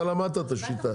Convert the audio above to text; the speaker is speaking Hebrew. אתה למדת את השיטה.